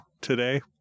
today